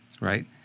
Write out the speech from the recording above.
right